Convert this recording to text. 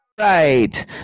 right